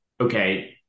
okay